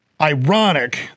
ironic